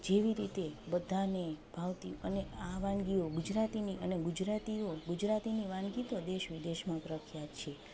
જેવી રીતે બધાને ભાવતી અને આ વાનગીઓ ગુજરાતીની અને ગુજરાતીઓ ગુજરાતીની વાનગી તો દેશ વિદેશમાં પ્રખ્યાત છે